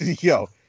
yo